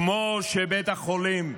כמו שבית החולים,